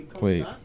Wait